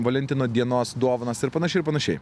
valentino dienos dovanas ir panašiai ir panašiai